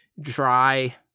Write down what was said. dry